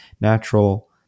natural